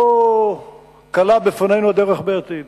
לא קלה בפנינו הדרך בעתיד.